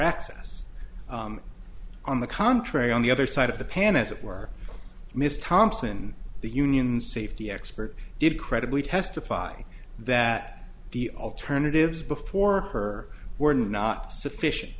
access on the contrary on the other side of the pan as it were miss thompson the union safety expert did credibly testify that the alternatives before her were not sufficient